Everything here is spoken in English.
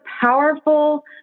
powerful